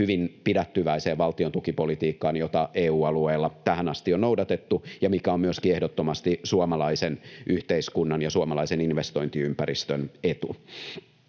hyvin pidättyväiseen valtiontukipolitiikkaan, jota EU-alueella tähän asti on noudatettu ja mikä on myöskin ehdottomasti suomalaisen yhteiskunnan ja suomalaisen investointiympäristön etu.